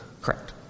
Correct